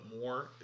more